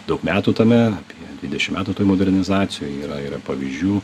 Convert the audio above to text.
daug metų tame apie dvidešim metų toj modernizacijoj yra yra pavyzdžių